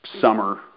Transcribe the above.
summer